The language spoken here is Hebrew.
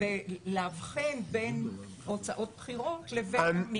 ולאבחן בין הוצאות בחירות לבין המימון.